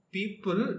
People